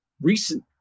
recent